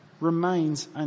remains